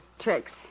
tricks